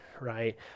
right